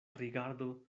rigardo